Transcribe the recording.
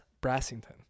Brassington